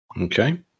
Okay